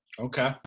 Okay